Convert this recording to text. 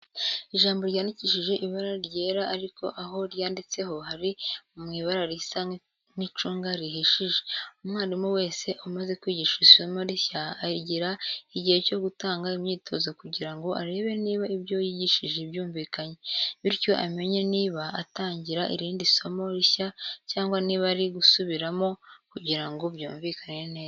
Ijambo ryandikishije ibara ryera ariko aho ryanditseho hari mu ibara risa n'icunga rihishije. Umwarimu wese umaze kwigisha isomo rishya agira igihe cyo gutanga imyitozo kugira ngo arebe niba ibyo yigishije byumvikanye, bityo amenye niba atangira irindi somo rishya cyangwa niba ari busubiremo kugira ngo ryumvikane neza.